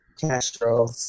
Castro